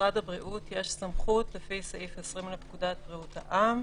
למשרד הבריאות יש סמכות לפי סעיף 20 לפקודת בריאות העם.